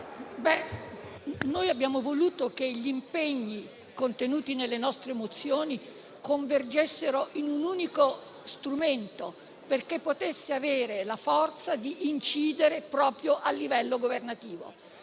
abbiamo voluto che gli impegni contenuti nelle nostre mozioni convergessero in un unico strumento affinché esso potesse avere la forza di incidere proprio a livello governativo.